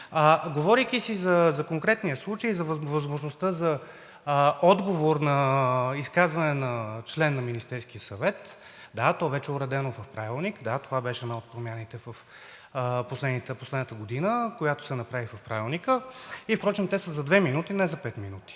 говорейки си за конкретния случай, за възможността за отговор на изказване на член на Министерския съвет, да, то вече е уредено в Правилника, да, това беше една от промените в последната година, която се направи в Правилника, и те са за две минути, не за пет минути.